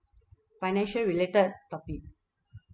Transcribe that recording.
financial related topic